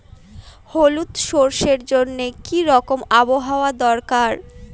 হলুদ সরষে জন্য কি রকম আবহাওয়ার দরকার?